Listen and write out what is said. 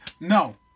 no